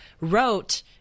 wrote